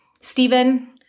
Stephen